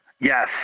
Yes